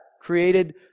Created